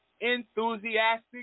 enthusiastic